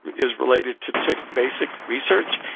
is related to tick-basic research.